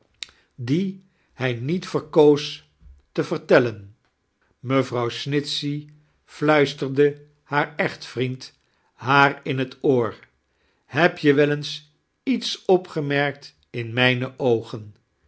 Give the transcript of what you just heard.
die hij niet verkoos te vertelien mevrouw snitohey fluisteirde haar echtvrieind haar in t oor heb je wel eens iets opgemerkt in mijne oogen